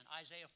Isaiah